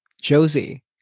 Josie